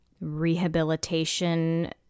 rehabilitation